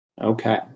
Okay